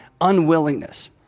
unwillingness